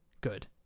Good